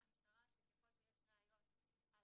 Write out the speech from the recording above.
סומכים על המשטרה שככל שיש ראיות על